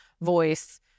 voice